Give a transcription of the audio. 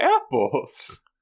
apples